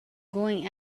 going